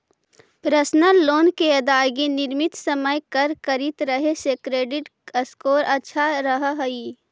personal loan के अदायगी निश्चित समय पर करित रहे से क्रेडिट स्कोर अच्छा रहऽ हइ